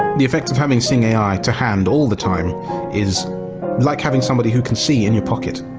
the effect of having sing ai to hand all the time is like having somebody who can see in your pocket.